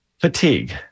fatigue